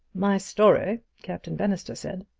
my story, captain bannister said,